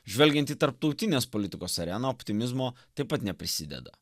žvelgiant į tarptautinės politikos areną optimizmo taip pat neprisideda